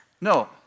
No